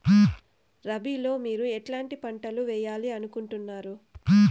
రబిలో మీరు ఎట్లాంటి పంటలు వేయాలి అనుకుంటున్నారు?